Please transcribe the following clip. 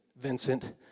Vincent